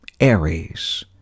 Aries